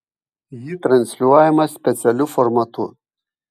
ji transliuojama specialiu formatu